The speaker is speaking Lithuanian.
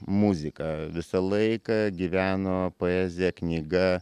muzika visą laiką gyveno poezija knyga